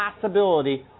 possibility